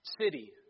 city